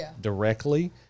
directly